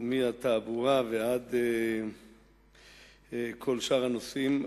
החלב והתעבורה ועד כל שאר הנושאים,